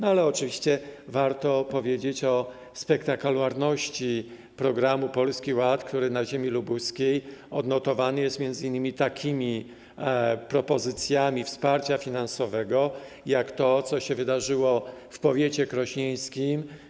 Oczywiście warto powiedzieć o spektakularności programu Polski Ład, który na ziemi lubuskiej odnotowany jest m.in. takimi propozycjami wsparcia finansowego jak to, co się wydarzyło w powiecie krośnieńskim.